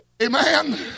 Amen